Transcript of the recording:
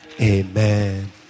Amen